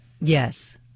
yes